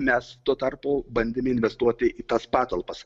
mes tuo tarpu bandėme investuoti į tas patalpas